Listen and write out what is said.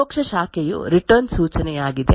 ಪರೋಕ್ಷ ಶಾಖೆಯು ರಿಟರ್ನ್ ಸೂಚನೆಯಾಗಿದೆ